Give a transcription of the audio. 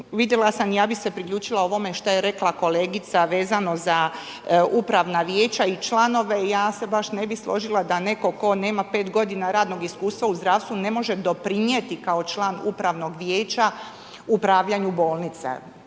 Vidjela sam i ja bi se priključila ovome što je rekla kolegica vezano za upravna vijeća i članove, ja se ne bi baš složila da netko tko nema 5 g. radnog iskustva u zdravstvu ne može doprinijeti kao član upravnog vijeća upravljanju bolnica